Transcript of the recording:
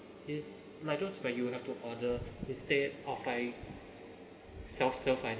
is like those where you'll have to order instead of like self serve like that